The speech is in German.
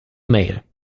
mail